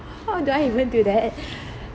how do I even do that